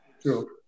true